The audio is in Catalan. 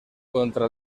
contra